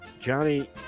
Johnny